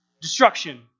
destruction